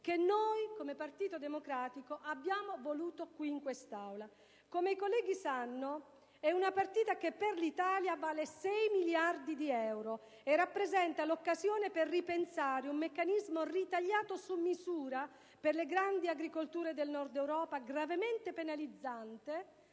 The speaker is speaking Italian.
che noi del Partito Democratico abbiamo voluto discutere qui in quest'Aula. Come i colleghi sanno, è una partita che per l'Italia vale sei miliardi di euro e rappresenta l'occasione per ripensare un meccanismo ritagliato su misura per le grandi agricolture del Nord Europa, gravemente penalizzante